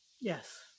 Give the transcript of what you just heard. Yes